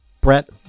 brett